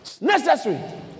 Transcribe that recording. necessary